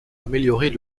améliorer